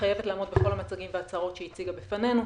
מתחייבת לעמוד בכל המצבים וההצהרות שהיא הצהירה בפנינו,